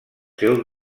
seus